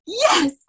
Yes